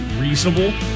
reasonable